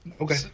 Okay